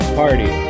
party